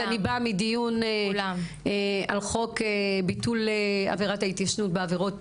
ואני באה מדיון על חוק ביטול עבירת ההתיישנות בעבירות